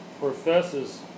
professes